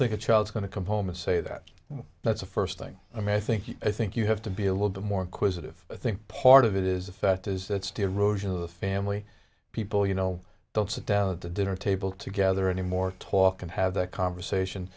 think a child is going to come home and say that that's the first thing i mean i think i think you have to be a little bit more quiz of i think part of it is the fact is that steerage of the family people you know don't sit down at the dinner table together anymore talk and have that conversation